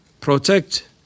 protect